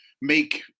make